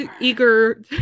eager